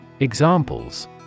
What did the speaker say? Examples